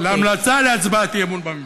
להמלצה על הצבעת אי-אמון בממשלה.